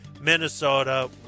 Minnesota